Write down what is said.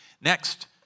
Next